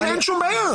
אין שום בעיה.